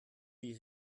wie